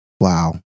Wow